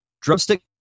drumstick